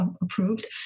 approved